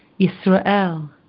Yisrael